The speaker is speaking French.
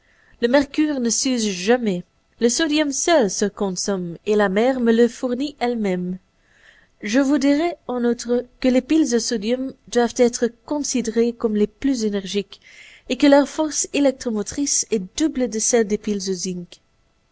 le mercure ne s'use jamais le sodium seul se consomme et la mer me le fournit elle-même je vous dirai en outre que les piles au sodium doivent être considérées comme les plus énergiques et que leur force électromotrice est double de celle des piles